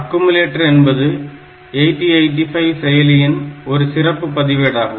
accumulator என்பது 8085 செயலியில் ஒரு சிறப்பு பதிவேடாகும்